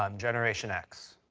um generation x.